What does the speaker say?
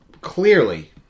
Clearly